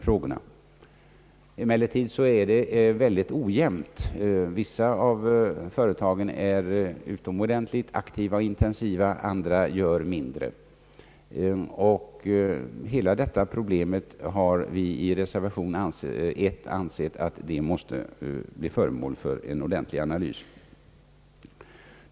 Aktiviteten är emellertid synnerligen ojämn. Vissa av företagen är utomordentligt aktiva och intensiva i detta avseende. Andra gör mindre, Hela detta problem, har vi i reservation 1 anfört, måste bli föremål för en ordentlig analys.